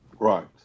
Right